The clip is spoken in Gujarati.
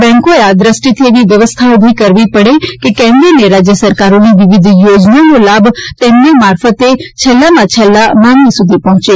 બેન્કોએ આ દ્રષ્ટિથી એવી વ્યવસ્થાઓ ઊભી કરવી પડે કે કેન્દ્ર રાજ્ય સરકારોની વિવિધ યોજનાઓનો લાભ તેમના મારફતે છેલ્લામાં છેલ્લા માનવી સુધી પહોચે